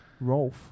Rolf